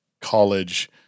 college